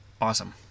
Awesome